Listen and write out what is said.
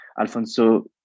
Alfonso